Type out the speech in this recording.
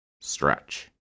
stretch